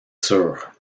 sûr